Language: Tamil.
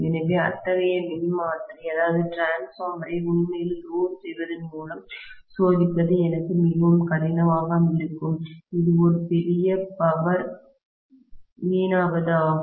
எனவே அத்தகைய மின்மாற்றியை டிரான்ஸ்பார்மரை உண்மையில் லோடு செய்வதன் மூலம் சோதிப்பது எனக்கு மிகவும் கடினமாக இருக்கும் அது ஒரு பெரிய பவர் சக்தி வீணாவது ஆகும்